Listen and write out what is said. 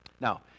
Now